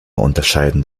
unterscheiden